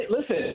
Listen